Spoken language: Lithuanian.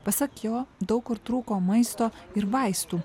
pasak jo daug kur trūko maisto ir vaistų